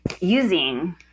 using